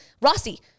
Rossi